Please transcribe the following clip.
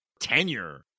tenure